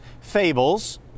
fables